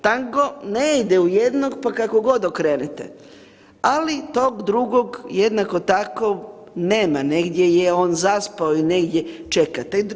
Tango ne ide u jednog pa kako god okrenete, ali tog drugo jednako tako nema negdje je on zaspao i negdje čeka.